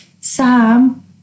Sam